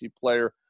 player